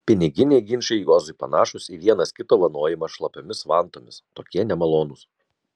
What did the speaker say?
piniginiai ginčai juozui panašūs į vienas kito vanojimą šlapiomis vantomis tokie nemalonūs